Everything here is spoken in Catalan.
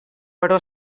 però